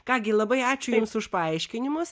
ką gi labai ačiū jums už paaiškinimus